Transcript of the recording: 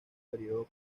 periodo